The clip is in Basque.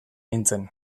nintzen